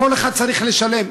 כל אחד צריך לשלם.